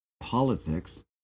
politics